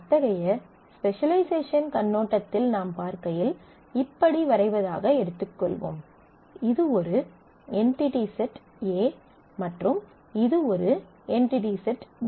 அத்தகைய ஸ்பெசலைசேஷன் கண்ணோட்டத்தில் நாம் பார்க்கையில் இப்படி வரைவதாக எடுத்துக்கொள்வோம் இது ஒரு என்டிடி செட் A மற்றும் இது ஒரு என்டிடி செட் B